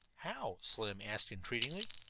how? slim asked entreatingly.